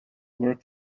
work